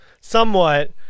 somewhat